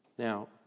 Now